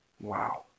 Wow